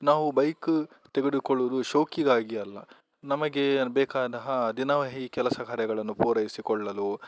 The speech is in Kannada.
ನಾವು ಬೈಕ ತೆಗೆದುಕೊಳ್ಳುದು ಶೋಕಿಗಾಗಿ ಅಲ್ಲ ನಮಗೆ ಬೇಕಾದ ದಿನವಹಿ ಕೆಲಸ ಕಾರ್ಯಗಳನ್ನು ಪೂರೈಸಿಕೊಳ್ಳಲು